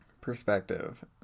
perspective